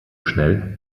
schnell